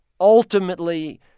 ultimately